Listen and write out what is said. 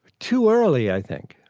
too early i think.